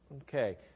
Okay